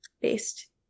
based